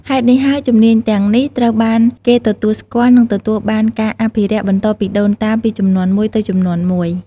ហេតុនេះហើយ ជំនាញទាំងនេះត្រូវបានគេទទួលស្គាល់ និងទទួលបានការអភិរក្សបន្តពីដូនតាពីជំនាន់មួយទៅជំនាន់មួយ។